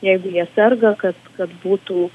jeigu jie serga kad kad būtų